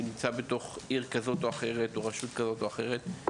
שנמצא בתוך העיר או בתוך רשות כזו או אחרת.